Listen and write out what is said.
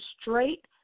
straight